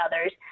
others